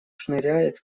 шныряет